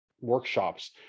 workshops